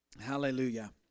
Hallelujah